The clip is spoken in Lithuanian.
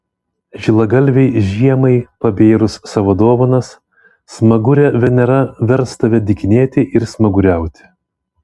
žilagalvei žiemai pabėrus savo dovanas smagurė venera vers tave dykinėti ir smaguriauti